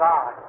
God